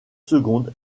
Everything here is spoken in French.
secondes